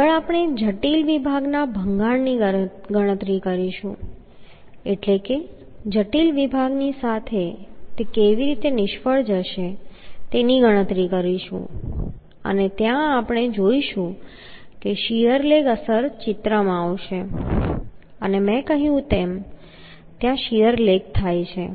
આગળ આપણે જટિલ વિભાગના ભંગાણની ગણતરી કરીશું એટલે કે જટિલ વિભાગની સાથે તે કેવી રીતે નિષ્ફળ જશે તેની ગણતરી કરીશું અને ત્યાં આપણે જોઈશું કે શીયર લેગ અસર ચિત્રમાં આવશે અને મેં કહ્યું છે કે શીયર લેગ ત્યારે થાય છે